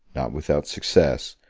without success,